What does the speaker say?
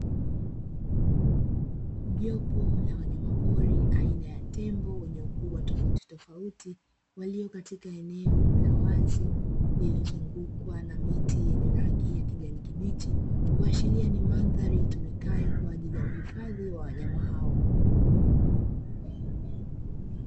Jopo la wanyamapori aina ya tembo wenye ukubwa tofautitofauti, walio katika eneo la wazi lililozungukwa na miti yenye rangi ya kijani kibichi; kuashiria ni mandhari itumikayo kwa ajili ya uhifadhi wa wanyama hao.